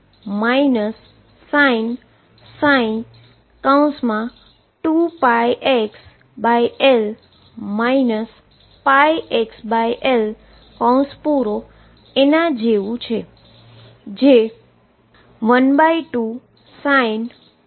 જે 12sin 2πxLπxL sin 2πxL πxL જેવું જ છે